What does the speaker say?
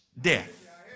death